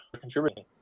contributing